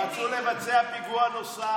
את מעודדת את